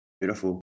Beautiful